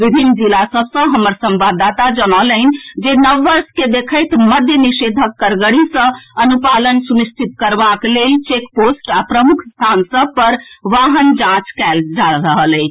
विभिन्न जिला सभ सँ हमर संवाददाता जनौलनि जे नव वर्ष के देखैत मद्य निषेधक कड़गरी सँ अनुपालन सुनिश्चित करबाक लेल चेक पोस्ट आ प्रमुख स्थान सभ पर वाहनक जांच कएल जा रहल अछि